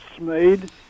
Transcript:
made